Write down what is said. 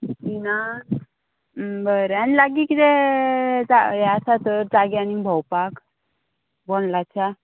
तिगांक बरें आनी लागीं किदें जा हें आसा तर जागे आनी भोंवपाक बोंडलाच्या